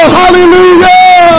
hallelujah